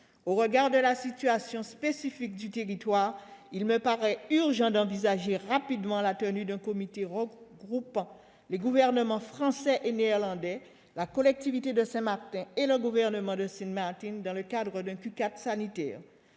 Au regard de la situation spécifique du territoire, il me paraît urgent d'envisager rapidement la tenue d'un comité regroupant les gouvernements français et néerlandais, la collectivité de Saint-Martin et le gouvernement de Sint Maarten, dans le cadre d'un « Q4 sanitaire